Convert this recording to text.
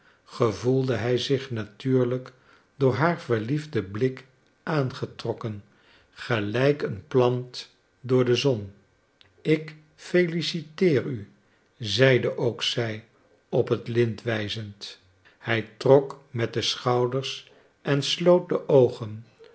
gevoelde hij zich natuurlijk door haar verliefden blik aangetrokken gelijk een plant door de zon ik feliciteer u zeide ook zij op het lint wijzend hij trok met de schouders en sloot de oogen